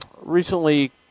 recently